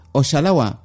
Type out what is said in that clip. oshalawa